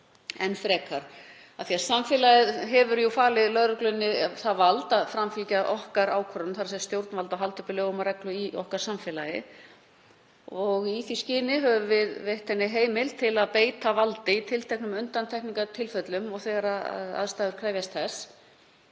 enn frekar. Samfélagið hefur falið lögreglunni það vald að framfylgja okkar ákvörðunum, þ.e. stjórnvalda, og halda uppi lögum og reglu í okkar samfélagi. Í því skyni höfum við veitt lögreglunni heimild til að beita valdi í tilteknum undantekningartilfellum og þegar aðstæður krefjast þess.